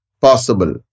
possible